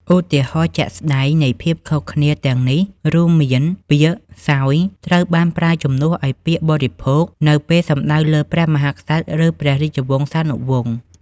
ឧទាហរណ៍ជាក់ស្តែងនៃភាពខុសគ្នាទាំងនេះរួមមាន ពាក្យ សោយ ត្រូវបានប្រើជំនួសឱ្យពាក្យ បរិភោគ នៅពេលសំដៅលើព្រះមហាក្សត្រ ឬព្រះរាជវង្សានុវង្ស។